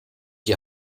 die